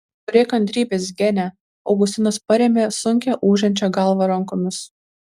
turėk kantrybės gene augustinas parėmė sunkią ūžiančią galvą rankomis